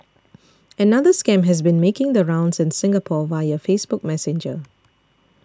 another scam has been making the rounds in Singapore via Facebook Messenger